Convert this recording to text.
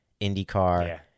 IndyCar